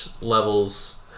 levels